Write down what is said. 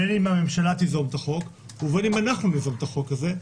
בין אם הממשלה תיזום את החוק ובין אם אנחנו ניזום את החוק הזה,